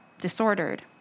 disordered